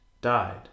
died